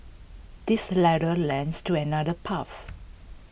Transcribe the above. this ladder lads to another path